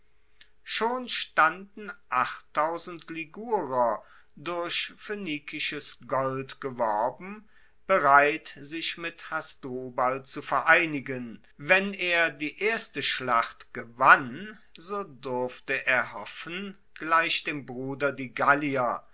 schon standen achttausend ligurer durch phoenikisches gold geworben bereit sich mit hasdrubal zu vereinigen wenn er die erste schlacht gewann so durfte er hoffen gleich dem bruder die gallier